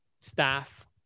staff